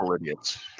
Idiots